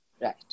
Right